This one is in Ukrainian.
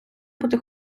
бути